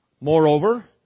Moreover